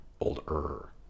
older